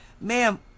ma'am